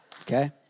Okay